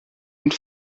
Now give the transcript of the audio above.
und